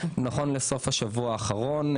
נכון לסוף השבוע האחרון,